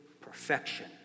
perfection